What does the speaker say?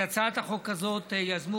הצעת החוק הזאת יזמו